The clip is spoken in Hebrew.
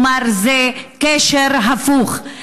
כלומר זה קשר הפוך,